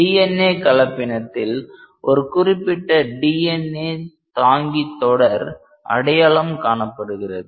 DNA கலப்பினத்தில் ஒரு குறிப்பிட்ட DNA தாங்கி தொடர் அடையாளம் காணப்படுகிறது